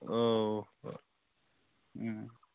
औ